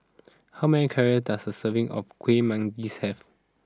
how many calories does a serving of Kuih Manggis have